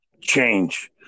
change